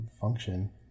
function